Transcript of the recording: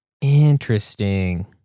Interesting